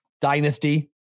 dynasty